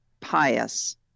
pious